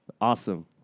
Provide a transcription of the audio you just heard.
Awesome